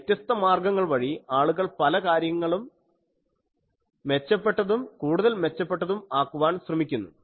ഈ വ്യത്യസ്ത മാർഗങ്ങൾ വഴി ആളുകൾ പല കാര്യങ്ങളും മെച്ചപ്പെട്ടതും കൂടുതൽ മെച്ചപ്പെട്ടതും ആക്കുവാൻ ശ്രമിക്കുന്നു